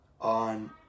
on